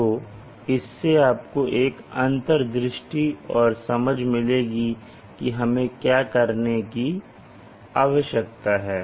तो इससे आपको एक अंतर्दृष्टि और समझ मिलेगी कि हमें क्या करने की आवश्यकता है